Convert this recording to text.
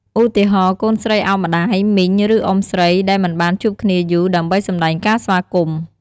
ឧទាហរណ៍ កូនស្រីឱបម្ដាយ មីង ឬ អ៊ុំស្រី ដែលមិនបានជួបគ្នាយូរ ដើម្បីសម្ដែងការស្វាគមន៍។